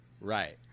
right